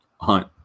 hunt